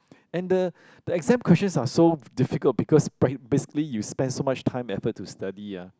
and the the exam questions are so difficult because prac~ basically you spend so much time effort to study ah